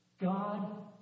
God